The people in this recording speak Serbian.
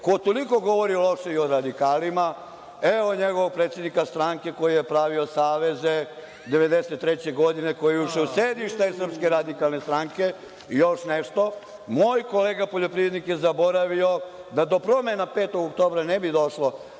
ko toliko govori loše i o radikalima, evo njegovog predsednika stranke koji je pravio saveze 1993. godine, koji je ušao u sedišta SRS. Još nešto, moj kolega poljoprivrednik je zaboravio da do promena 5. oktobra ne bi došlo